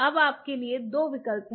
अब आपके लिए दो विकल्प हैं